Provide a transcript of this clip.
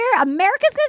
America's